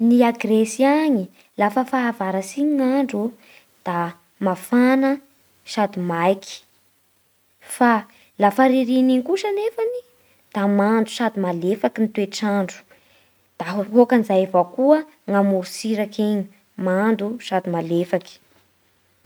Ny a Gresy any lafa fahavaratsy iny ny andro da mafana sady maiky. Fa lafa ririnina iny kosa anefany da mando sady malefaky ny toetr'andro. Da ohoak'izay avao koa ny morotsiraky igny mando sady malefaky.